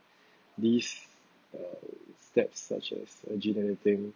these uh steps such as a gene editing